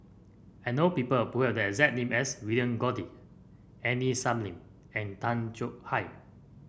I know people who have the exact name as William Goode Aini Salim and Tay Chong Hai